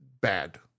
bad